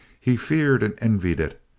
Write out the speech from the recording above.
he feared and envied it,